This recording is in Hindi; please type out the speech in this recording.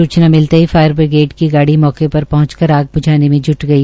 सूचना मिलते ही फायर बिग्रेड की गाड़ी मौके पर पहंच कर आग ब्झाने में ज्ट गई